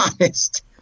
honest